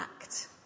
act